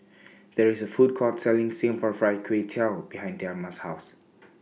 There IS A Food Court Selling Singapore Fried Kway Tiao behind Dema's House